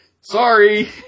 sorry